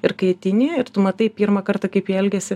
ir kai ateini ir tu matai pirmą kartą kaip jie elgiasi